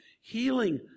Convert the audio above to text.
healing